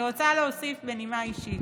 אני רוצה להוסיף בנימה אישית: